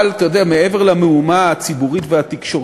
אבל אתה יודע, מעבר למהומה הציבורית והתקשורתית,